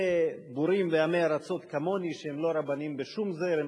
ובורים ועמי ארצות כמוני, שהם לא רבנים בשום זרם.